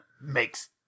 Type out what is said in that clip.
Makes